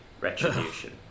Retribution